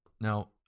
Now